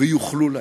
ויוכלו להם.